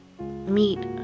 meet